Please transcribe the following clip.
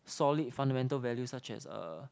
solid fundamental values such as uh